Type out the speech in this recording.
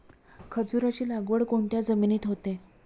खजूराची लागवड कोणत्या जमिनीत होते?